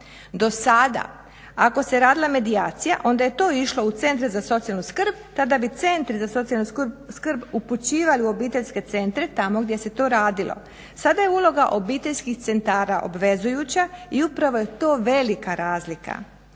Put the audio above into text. Do sada, ako se radila medijacija, onda je to išlo u centar za socijalnu skrb, tada bi centri za socijalnu skrb upućivani u obiteljske centre tamo gdje se to radilo. Sada je uloga obiteljskih centara obvezujuća i upravo je to velika razlika.